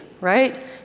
right